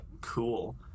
cool